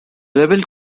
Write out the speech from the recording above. label